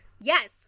Yes